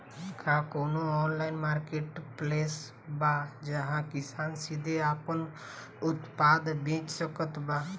का कउनों online marketplace बा जहां किसान सीधे आपन उत्पाद बेच सकत बा?